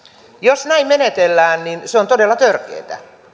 jos näin menetellään niin se on todella törkeätä